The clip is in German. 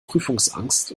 prüfungsangst